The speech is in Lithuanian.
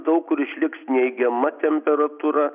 daug kur išliks neigiama temperatūra